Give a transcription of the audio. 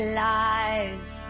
lies